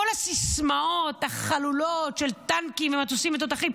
כל הסיסמאות החלולות של טנקים ומטוסים ותותחים,